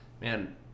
man